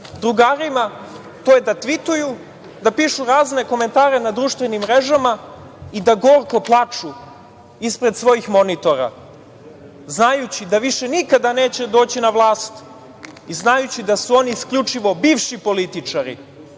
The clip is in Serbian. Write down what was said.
drugarima jeste da tvituju, da pišu razne komentare na društvenim mrežama i da gorko plaču ispred svojih monitora, znajući da više nikada neće doći na vlast, znajući da su oni isključivo bivši političari,